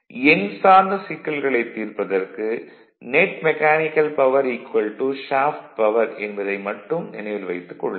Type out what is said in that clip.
எண் சார்ந்த சிக்கல்களைத் தீர்ப்பதற்கு net mechanical power shaft power Net Mechanical Power Shaft Power என்பதை மட்டும் நினைவில் வைத்துக் கொள்ளுங்கள்